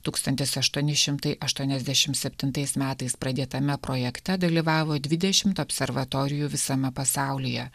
tūkstantis aštuoni šimtai aštuoniasdešim septintais metais pradėtame projekte dalyvavo dvidešimt observatorijų visame pasaulyje